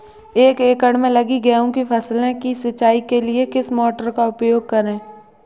एक एकड़ में लगी गेहूँ की फसल की सिंचाई के लिए किस मोटर का उपयोग करें?